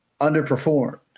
underperformed